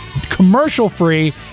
commercial-free